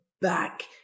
back